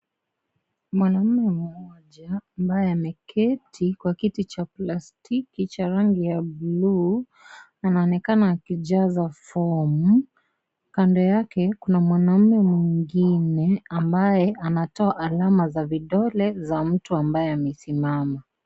Mwanaume mmoja amabye ameketi kwa kiti cha plastiki cha rangi ya buluu anaonekana akijaza fomu. Kando yake kuna mwanamme mwingine anatoa alama za vidole za mtu amabye amesimama.